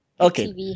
Okay